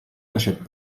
n’achètent